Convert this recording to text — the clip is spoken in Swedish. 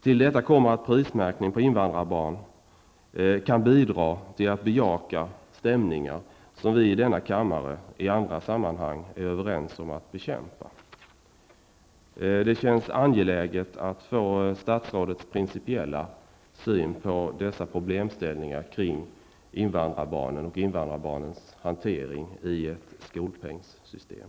Till detta kommer att prismärkning på invandrarbarn kan bidra till att bejaka stämningar som vi i denna kammare i andra sammanhang är överens om att bekämpa. Det känns angeläget att få statsrådets principiella syn på dessa problemställningar kring invandrarbarn och deras ställning i ett skolpengssystem.